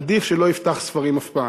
עדיף שלא יפתח ספרים אף פעם.